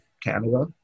Canada